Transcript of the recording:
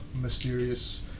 mysterious